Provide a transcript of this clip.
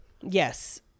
Yes